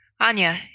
Anya